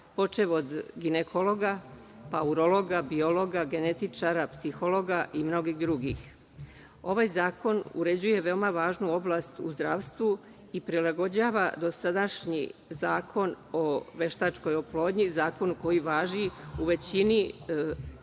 počev od ginekologa, pa urologa, biologa, genetičara, psihologa i mnogih drugih. Ovaj zakon uređuje veoma važnu oblast u zdravstvu i prilagođava dosadašnji Zakon o veštačkoj oplodnji zakonu koji važi u većini